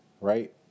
right